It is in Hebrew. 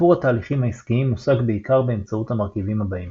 שיפור התהליכים העסקיים מושג בעיקר באמצעות המרכיבים הבאים